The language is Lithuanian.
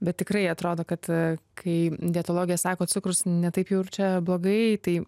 bet tikrai atrodo kad kai dietologė sako cukrus ne taip jau ir čia blogai tai